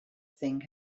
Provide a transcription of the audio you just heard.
thing